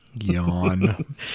Yawn